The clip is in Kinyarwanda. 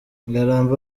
ngarambe